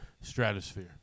Stratosphere